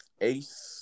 Ace